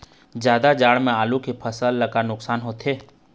जादा जाड़ा म आलू के फसल ला का नुकसान होथे?